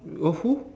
with who